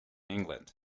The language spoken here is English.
england